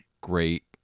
great